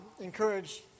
encourage